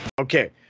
okay